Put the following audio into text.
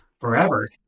forever